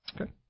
Okay